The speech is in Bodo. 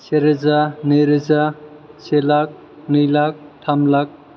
से रोजा नै रोजा से लाख नै लाख थाम लाख